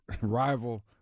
rival